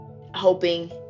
hoping